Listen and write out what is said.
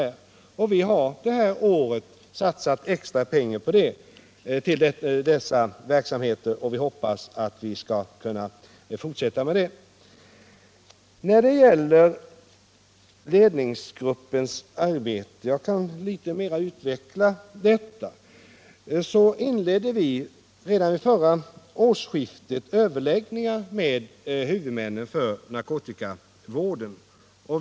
Vi har under det här året satsat extra pengar till dessa verksamheter och hoppas kunna fortsätta med det. Jag skall litet närmare utveckla ledningsgruppens arbete. Redan vid förra årsskiftet inledde vi överläggningar med huvudmännen för narkotikavården.